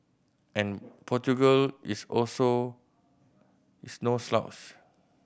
and Portugal is also is no slouch